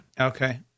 Okay